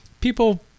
people